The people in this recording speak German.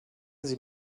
sie